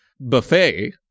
buffet